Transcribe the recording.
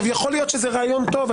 יכול להיות שזה רעיון טוב,